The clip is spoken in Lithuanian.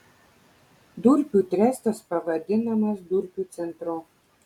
durpių trestas pavadinamas durpių centru